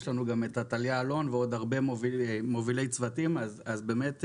יש לנו גם את עתליה אלון ועוד הרבה מובילי צוותים אז כן,